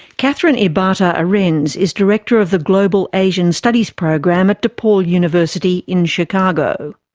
kathryn ibata-arens is director of the global asian studies program at depaul university in chicago.